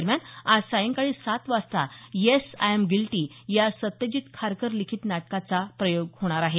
दरम्यान आज सायंकाळी सात वाजता येस आय एम गिल्टी या सत्यजित खारकर लिखित नाटकाचा प्रयोग होणार आहे